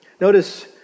Notice